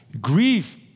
grief